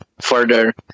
further